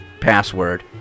password